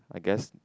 I guess